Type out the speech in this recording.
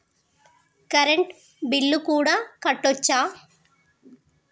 Current bill కూడా కట్టొచ్చా?